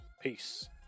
peace